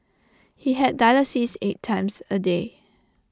he had dialysis eight times A day